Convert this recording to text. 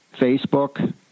Facebook